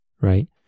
right